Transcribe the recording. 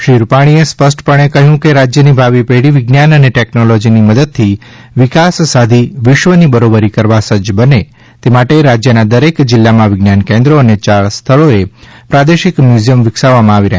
શ્રી રૂપાણીએ સ્પષ્ટપણે કહ્યું કે રાજ્યની ભાવિ પેઢી વિજ્ઞાન અને ટેકનોલોજીની મદદથી વિકાસ સાધી વિશ્વની બરોબરી કરવા સજજ બને તે માટે રાજ્યના દરેક જિલ્લામાં વિજ્ઞાન કેન્દ્રો અને ચાર સ્થળો એ પ્રાદેશિક મ્યુઝીયમ વિકસાવવામાં આવી રહ્યા છે